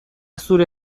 zure